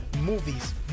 movies